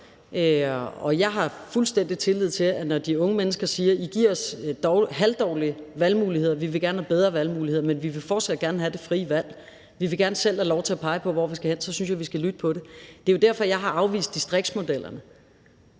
Jeg har fuldstændig tillid til der, når de unge mennesker siger, at vi giver dem halvdårlige valgmuligheder, og at de gerne vil have bedre valgmuligheder, men at de fortsat gerne vil have det frie valg og selv have lov til at pege på, hvor de skal hen, og så synes jeg, vi skal lytte til det. Det er jo derfor, jeg har afvist distriktsmodellerne.